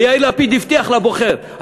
ויאיר לפיד הבטיח לבוחר.